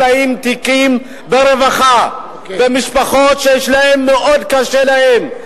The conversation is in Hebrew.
להן תיקים ברווחה ומשפחות שמאוד קשה להן,